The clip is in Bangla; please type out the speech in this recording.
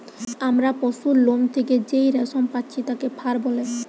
আমরা পশুর লোম থেকে যেই রেশম পাচ্ছি তাকে ফার বলে